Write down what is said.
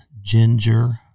Ginger